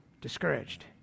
discouraged